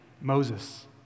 Moses